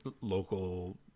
local